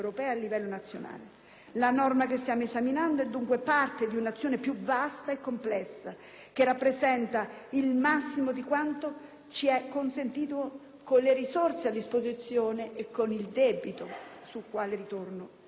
Il decreto che stiamo esaminando è dunque parte di un'azione più vasta e complessa, che rappresenta il massimo di quanto ci è consentito con le risorse a disposizione e con il debito - tema sul quale ritorno - che ha il nostro Paese.